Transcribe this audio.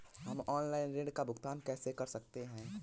हम ऑनलाइन ऋण का भुगतान कैसे कर सकते हैं?